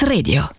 Radio